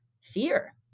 fear